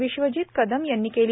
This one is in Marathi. विश्वजीत कदम यांनी केली